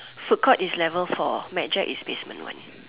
food court is level four mad Jack is basement one